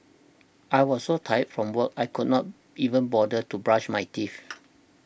I was so tired from work I could not even bother to brush my teeth